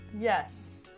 yes